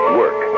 work